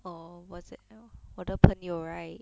orh what's that 我的朋友 right